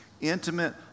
intimate